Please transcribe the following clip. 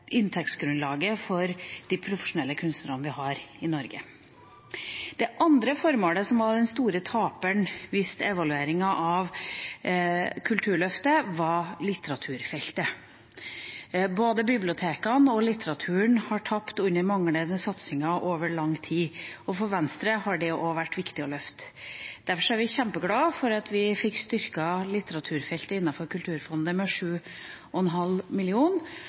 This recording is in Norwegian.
inntektsgrunnlaget for de profesjonelle kunstnerne vi har i Norge. Det andre feltet som evalueringa av Kulturløftet viste var en stor taper, var litteraturfeltet. Både bibliotekene og litteraturen har tapt under manglende satsing over lang tid. For Venstre har det vært viktig å løfte dette området. Derfor er vi kjempeglad for at vi fikk styrket litteraturfeltet innenfor Kulturfondet med 7,5